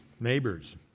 neighbors